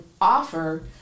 offer